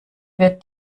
wird